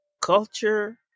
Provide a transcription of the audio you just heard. culture